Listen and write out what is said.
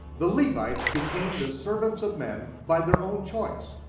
the levites became the servants of men by their own choice,